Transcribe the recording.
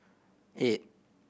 eight